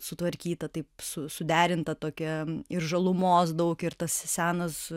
sutvarkyta taip su suderinta tokia ir žalumos daug ir tas senas